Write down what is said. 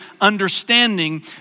understanding